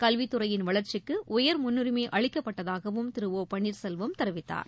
கல்வித் துறையின் வளர்ச்சிக்கு உயர் முன்னுரிமை அளிக்கப்பட்டதாகவும் திரு ஒ பன்னீர்செல்வம் தெரிவித்தார்